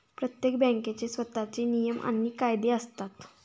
प्रत्येक बँकेचे स्वतःचे नियम आणि कायदे असतात